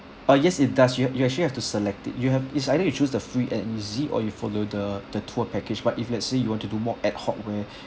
ah yes it does you you actually have to select it you have it's either you choose the free and easy or you follow the the tour package but if let's say you want to do more ad hoc where